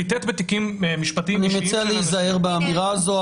חיטט בתיקים משפטיים אישיים של אנשים -- אני מציע להיזהר באמירה הזאת,